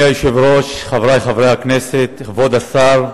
אדוני היושב-ראש, חברי חברי הכנסת, כבוד השר,